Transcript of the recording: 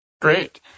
Great